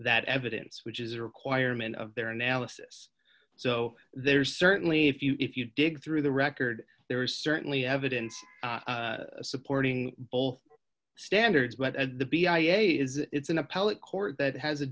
that evidence which is a requirement of their analysis so there's certainly if you if you dig through the record there is certainly evidence supporting bole standards but at the b i a is it's an appellate court that has a